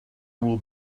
will